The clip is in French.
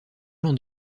jean